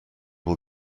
will